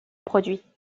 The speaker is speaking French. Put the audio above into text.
produits